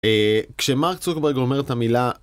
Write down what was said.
כשמרק צוקרברג אומר את המילה